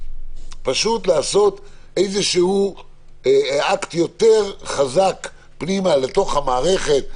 פשוט לעשות אקט יותר חזק פנימה לתוך המערכת,